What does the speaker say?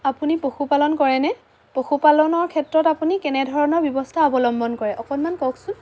আপুনি পশুপালন কৰেনে পশুপালনৰ ক্ষেত্ৰত আপুনি কেনেধৰণৰ ব্যৱস্থা অৱলম্বন কৰে অকণমান কওকচোন